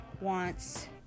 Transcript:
wants